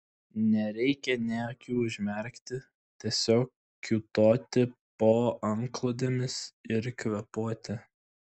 nereikia nė akių užmerkti tiesiog kiūtoti po antklodėmis ir kvėpuoti